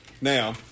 Now